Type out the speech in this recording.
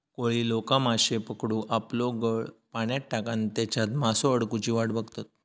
कोळी लोका माश्ये पकडूक आपलो गळ पाण्यात टाकान तेच्यात मासो अडकुची वाट बघतत